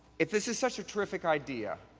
if this is such a terrific idea,